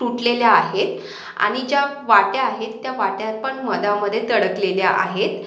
तुटलेल्या आहेत आणि ज्या वाट्या आहेत त्या वाट्या पण मधामधे तडकलेल्या आहेत